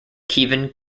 kievan